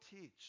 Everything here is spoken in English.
teach